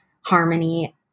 harmony